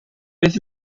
beth